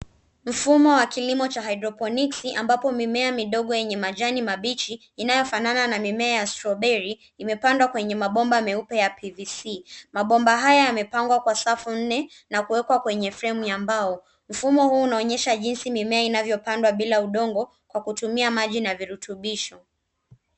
Mfumo wa kilimo cha haidropniksi ambapo mimea midogo enye majani mabichi inayofanana na mimea ya strawberry imepandwa kwenye mabomba meupe ya PVC. Mabomba haya yamepangwa kwa safu nne na kuwekwa kwenye fremu ya mbao. Mfumo huu unaonyesha jinsi mimea inavyopandwa bila udongo kwa kutumia maji na virutubisho.